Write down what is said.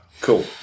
cool